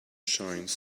shines